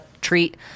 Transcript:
treat